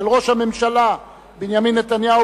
של ראש הממשלה בנימין נתניהו,